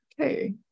Okay